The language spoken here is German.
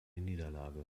niederlage